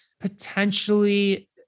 Potentially